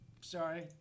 Sorry